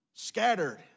Scattered